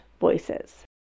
voices